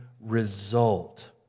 result